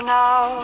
now